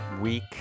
week